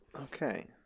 Okay